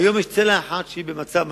היום יש צלע אחת שהיא במשבר,